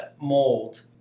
mold